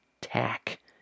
tack